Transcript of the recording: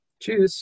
Cheers